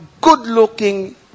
good-looking